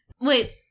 Wait